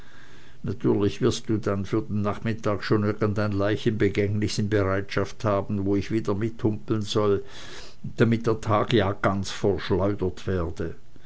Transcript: natürlich wirst du dann für den nachmittag schon irgendein leichenbegängnis in bereitschaft haben wo ich wieder mithumpeln soll damit der tag ja ganz verschleudert werde